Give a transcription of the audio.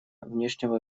внешнего